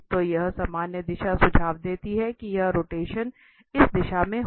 तो यह सामान्य दिशा सुझाव देती है कि यह रोटेशन इस दिशा में होगा